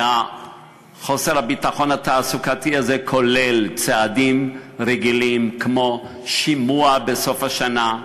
וחוסר הביטחון התעסוקתי הזה כולל צעדים רגילים כמו שימוע בסוף השנה,